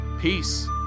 Peace